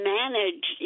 manage